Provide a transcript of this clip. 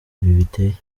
biteye